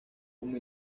como